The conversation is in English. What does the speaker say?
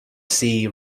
see